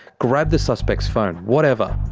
grabbed the suspect's phone. whatever.